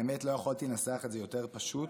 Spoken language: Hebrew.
האמת, לא יכולתי לנסח את זה יותר פשוט